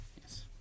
Yes